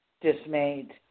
dismayed